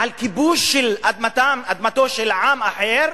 על כיבוש אדמתו של עם אחר,